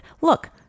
look